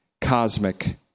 cosmic